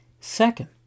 Second